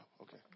Okay